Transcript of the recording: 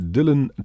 Dylan